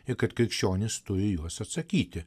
ir kad krikščionys turi juos atsakyti